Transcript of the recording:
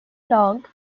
log